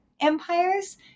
empires